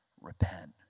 Repent